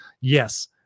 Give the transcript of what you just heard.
yes